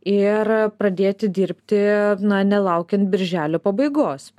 ir pradėti dirbti na nelaukiant birželio pabaigos